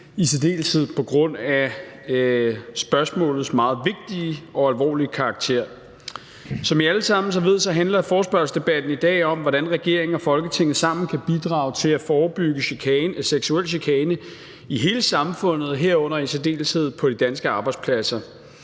i særdeleshed på grund af spørgsmålets meget vigtige og alvorlige karakter. Som I alle sammen ved, handler forespørgselsdebatten i dag om, hvordan regeringen og Folketinget sammen kan bidrage til at forebygge seksuel chikane i hele samfundet, herunder i særdeleshed på de danske arbejdspladser.